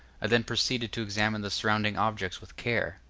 i then proceeded to examine the surrounding objects with care,